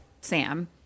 Sam